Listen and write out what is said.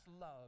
love